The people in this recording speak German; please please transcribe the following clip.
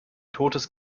totes